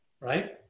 right